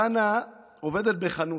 דנה עובדת בחנות.